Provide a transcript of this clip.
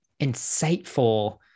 insightful